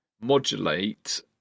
modulate